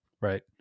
right